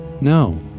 No